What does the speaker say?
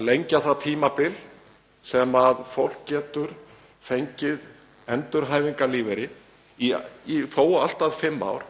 að lengja það tímabil sem fólk getur fengið endurhæfingarlífeyri í þó allt að fimm ár,